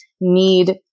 need